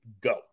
go